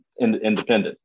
independent